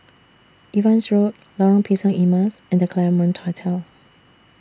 Evans Road Lorong Pisang Emas and The Claremont Hotel